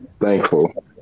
thankful